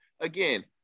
again